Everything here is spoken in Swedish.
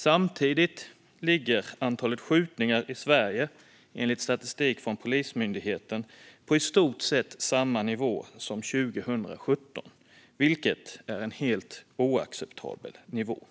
Samtidigt ligger antalet skjutningar i Sverige enligt statistik från Polismyndigheten på i stort sett samma nivå som 2017, vilket är en helt oacceptabel nivå.